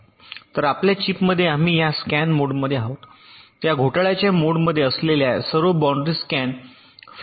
तर पहिल्या चिपमध्ये आम्ही या स्कॅन मोडमध्ये आहोत या घोटाळ्याच्या मोडमध्ये असलेल्या सर्व बाऊंड्री स्कॅन फ्लिप फ्लॉप